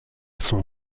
son